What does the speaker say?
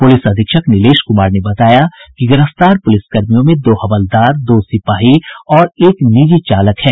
police अधीक्षक नीलेश कुमार ने बताया कि गिरफ्तार पुलिसकर्मियों में दो हवलदार दो सिपाही और एक निजी चालक है